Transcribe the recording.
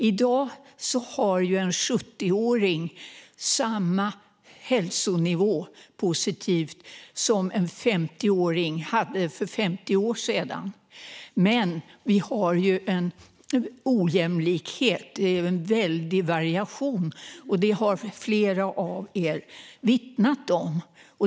I dag har en 70-åring samma hälsonivå som en 50-åring hade för 50 år sedan, vilket är positivt. Men det råder en ojämlikhet och en väldig variation, vilket flera här inne har vittnat om.